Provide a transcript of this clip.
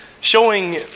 showing